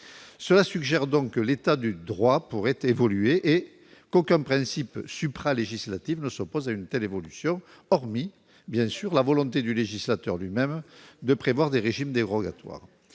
Cela suggère donc que l'état du droit pourrait évoluer et qu'aucun principe supralégislatif ne s'oppose à une telle évolution, hormis la volonté du législateur lui-même de prévoir des régimes dérogatoires.